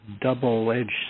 double-edged